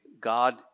God